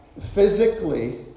Physically